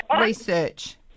research